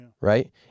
right